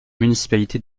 municipalités